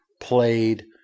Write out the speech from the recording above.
played